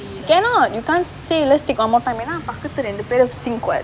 cannot you can't say let's take one more time ஏன்னா பக்கத்து ரெண்டு பேரும்:yaennaa pakkathu rendu perum sync [what]